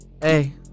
Hey